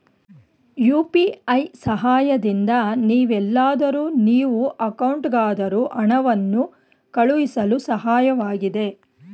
UPI ಸಹಾಯದಿಂದ ನೀವೆಲ್ಲಾದರೂ ನೀವು ಅಕೌಂಟ್ಗಾದರೂ ಹಣವನ್ನು ಕಳುಹಿಸಳು ಸಹಾಯಕವಾಗಿದೆ